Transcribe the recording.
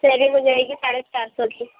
threading ہو جائے گی ساڑے چار سو کی